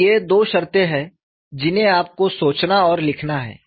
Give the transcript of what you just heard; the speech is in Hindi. तो ये दो शर्तें हैं जिन्हें आपको सोचना और लिखना है